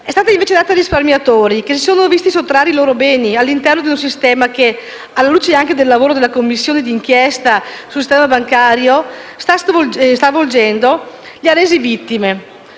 è stata invece data ai risparmiatori, che si sono visti sottrarre i loro beni all'interno di un sistema che, alla luce anche del lavoro che la Commissione di inchiesta sul sistema bancario sta svolgendo, li ha resi vittime.